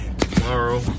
tomorrow